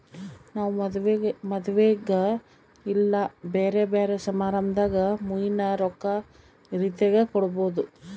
ನಾವು ಮದುವೆಗ ಇಲ್ಲ ಬ್ಯೆರೆ ಬ್ಯೆರೆ ಸಮಾರಂಭದಾಗ ಮುಯ್ಯಿನ ರೊಕ್ಕ ರೀತೆಗ ಕೊಡಬೊದು